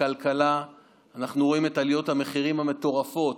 בכלכלה אנחנו רואים את עליות המחירים המטורפות,